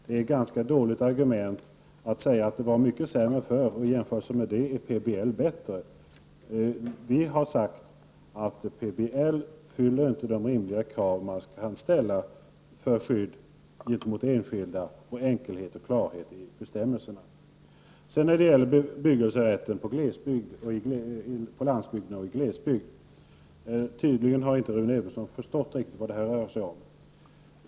Det är ett ganska dåligt argument att säga att det var mycket sämre förr och att PBL i jämförelse med det gamla systemet är bättre. Vi har sagt att PBL inte fyller de rimliga krav som kan ställas när det gäller skydd gentemot enskilda på enkelhet och klarhet i bestämmelserna. När det gäller bebyggelserätten på landsbygden och i glesbygden har Rune Evensson tydligen inte riktigt förstått vad detta rör sig om.